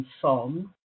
song